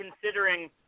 considering